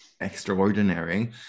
extraordinary